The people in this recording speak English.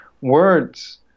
words